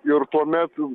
ir tuomet